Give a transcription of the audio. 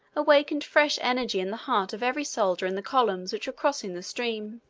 awakened fresh energy in the heart of every soldier in the columns which were crossing the stream.